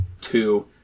two